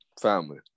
Family